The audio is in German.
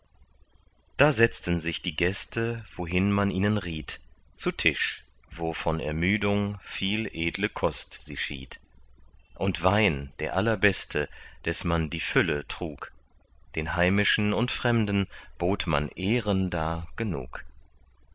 da setzten sich die gäste wohin man ihnen riet zu tisch wo von ermüdung viel edle kost sie schied und wein der allerbeste des man die fülle trug den heimischen und fremden bot man ehren da genug